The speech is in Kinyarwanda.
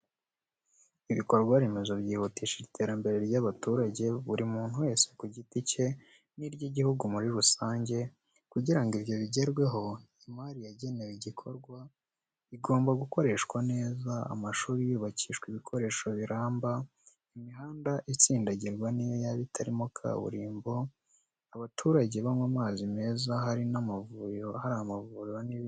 Ibikorwaremezo byihutisha iterambere ry'abaturage, buri muntu wese ku giti cye n'iry'igihugu muri rusange, kugira ngo ibyo bigerweho imari yagenewe igikorwa runaka igomba gukoreshwa neza, amashuri yubakishijwe ibikoresho biramba, imihanda itsindagiye n'iyo yaba itarimo kaburimbo, abaturage banywa amazi meza, hari amavuriro n'ibindi.